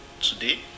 Today